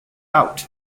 out